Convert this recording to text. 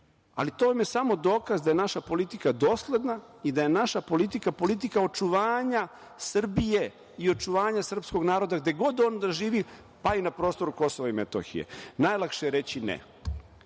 ali to vam je samo dokaz da je naša politika dosledna i da je naša politika, politika očuvanja Srbije i očuvanja srpskog naroda gde god on da živi, pa i na prostoru KiM.Najlakše je reći ne.